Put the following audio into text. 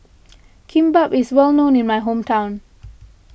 Kimbap is well known in my hometown